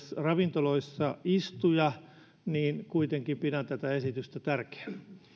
ravintoloissa istuja niin kuitenkin pidän tätä esitystä tärkeänä